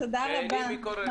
תודה רבה